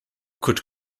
could